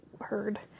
heard